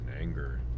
anger